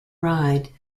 ride